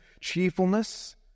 cheerfulness